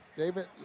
David